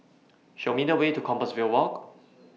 Show Me The Way to Compassvale Walk